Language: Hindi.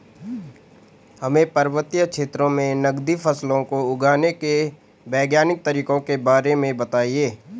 हमें पर्वतीय क्षेत्रों में नगदी फसलों को उगाने के वैज्ञानिक तरीकों के बारे में बताइये?